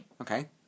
Okay